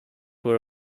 were